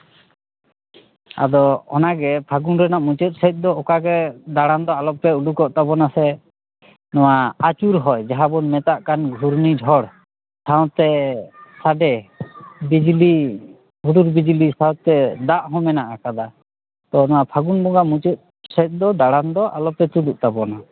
ᱟᱫᱚ ᱚᱱᱟᱜᱮ ᱯᱷᱟᱹᱜᱩᱱ ᱨᱮᱱᱟᱜ ᱢᱩᱪᱟᱹᱫ ᱥᱮᱫ ᱫᱚ ᱚᱠᱟᱜᱮ ᱫᱟᱬᱟᱱ ᱫᱚ ᱟᱞᱚᱯᱮ ᱩᱰᱩᱠᱚᱜ ᱛᱟᱵᱚᱱᱟ ᱥᱮ ᱱᱚᱣᱟ ᱟᱹᱪᱩᱨ ᱦᱚᱭ ᱡᱟᱦᱟᱸᱵᱚᱱ ᱢᱮᱛᱟᱜ ᱠᱟᱱ ᱜᱷᱩᱨᱱᱤ ᱡᱷᱚᱲ ᱥᱟᱶᱛᱮ ᱥᱟᱰᱮ ᱵᱤᱡᱽᱞᱤ ᱦᱩᱰᱩᱨ ᱵᱤᱡᱽᱞᱤ ᱥᱟᱶᱛᱮ ᱫᱟᱜ ᱦᱚᱸ ᱢᱮᱱᱟᱜ ᱟᱠᱟᱫᱟ ᱛᱚ ᱚᱱᱟ ᱯᱷᱟᱹᱜᱩᱱ ᱵᱚᱸᱜᱟ ᱢᱩᱪᱟᱹᱫ ᱥᱮᱫ ᱫᱚ ᱫᱟᱬᱟᱱ ᱫᱚ ᱟᱞᱚᱯᱮ ᱛᱩᱫᱩᱜ ᱛᱟᱵᱚᱱᱟ